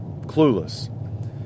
clueless